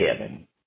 heaven